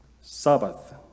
Sabbath